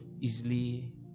easily